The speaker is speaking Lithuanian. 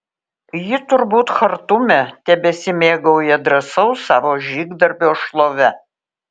ji turbūt chartume tebesimėgauja drąsaus savo žygdarbio šlove